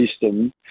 system